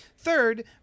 Third